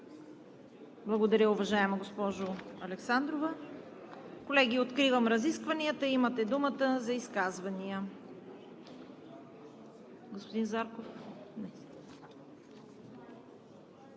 Благодаря Ви, уважаема госпожо Александрова. Колеги, откривам разискванията – имате думата за изказвания.